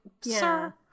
sir